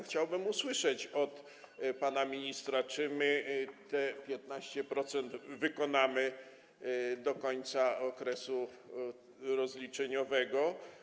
Chciałbym usłyszeć od pana ministra, czy my te 15% wykonamy do końca okresu rozliczeniowego.